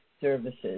services